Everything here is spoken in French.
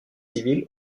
civil